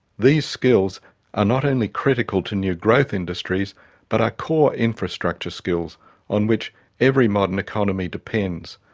these skills are not only critical to new growth industries but are core infrastructure skills on which every modern economy depends.